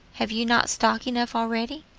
have you not stock enough already?